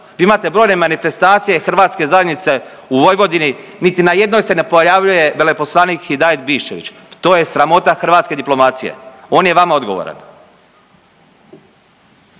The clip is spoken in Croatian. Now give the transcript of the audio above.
Vi imate brojne manifestacije hrvatske zajednice u Vojvodini, niti na jednoj se ne pojavljuje veleposlanik Hidajet Biščević. To je sramota hrvatske diplomacije. On je vama odgovoran.